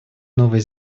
новой